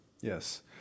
Yes